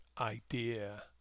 idea